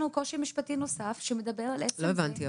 לא הבנתי.